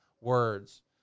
words